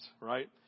Right